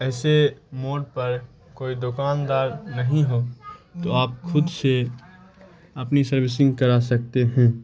ایسے موڑ پر کوئی دکاندار نہیں ہو تو آپ خود سے اپنی سروسنگ کرا سکتے ہیں